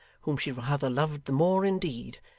whom she rather loved the more indeed,